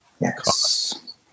Yes